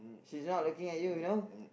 she's not looking at you you know